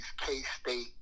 K-State